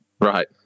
Right